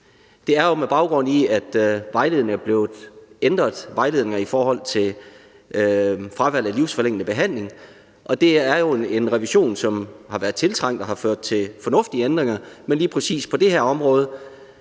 Det er jo med baggrund i, at vejledningen er blevet ændret, altså vejledningen i forhold til fravalg af livsforlængende behandling. Og det er jo en revision, som har været tiltrængt, og som har ført til fornuftige ændringer. Men lige præcis på det her område